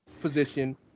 position